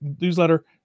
newsletter